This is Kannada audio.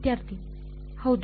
ವಿದ್ಯಾರ್ಥಿ ಹೌದು